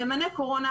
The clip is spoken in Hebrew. נאמני קורונה,